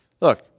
Look